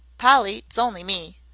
polly's only me.